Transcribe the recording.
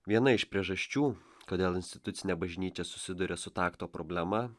viena iš priežasčių kodėl institucinė bažnyčia susiduria su takto problema